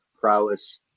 prowess